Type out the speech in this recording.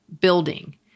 building